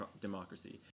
democracy